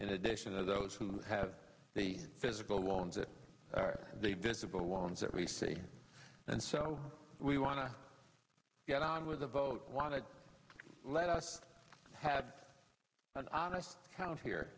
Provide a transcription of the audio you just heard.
in addition to those who have the physical loans that are the visible ones that we see and so we want to get on with the vote want to let us have an honest